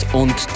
und